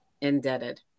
indebted